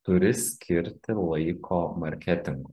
turi skirti laiko marketingui